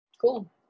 Cool